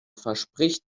verspricht